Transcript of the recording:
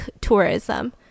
tourism